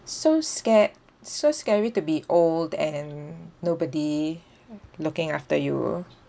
so sca~ so scary to be old and nobody looking after you